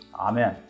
Amen